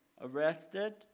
arrested